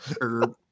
herb